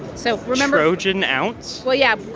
so remember. trojan ounce? well, yeah.